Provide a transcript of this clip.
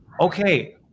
okay